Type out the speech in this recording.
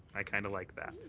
i kind of like that.